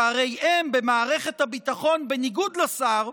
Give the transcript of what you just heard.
שהרי הם, במערכת הביטחון, בניגוד לשר,